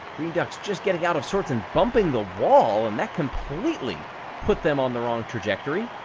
green ducks, just getting out of sorts and bumping the wall, and that completely put them on the wrong trajectory,